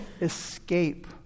escape